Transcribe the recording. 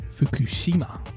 Fukushima